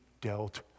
dealt